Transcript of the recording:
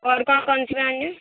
اور کون کون سی برانڈ ہیں